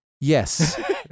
Yes